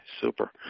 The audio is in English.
super